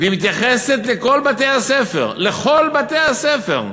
והיא מתייחסת לכל בתי-הספר, לכל בתי-הספר.